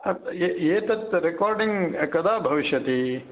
एतत् रेकोर्डिङ्ग् कदा भविष्यति